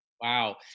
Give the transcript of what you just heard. Wow